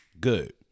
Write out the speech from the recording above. good